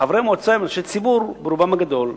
חברי מועצה הם אנשי ציבור ברובם הגדול.